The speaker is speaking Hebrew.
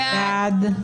מי נגד?